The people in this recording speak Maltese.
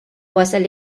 wasal